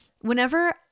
whenever